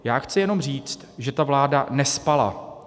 Já chci jenom říct, že ta vláda nespala.